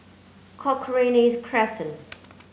Cochrane Crescent